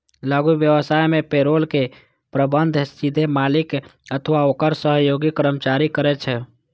लघु व्यवसाय मे पेरोल के प्रबंधन सीधे मालिक अथवा ओकर सहयोगी कर्मचारी करै छै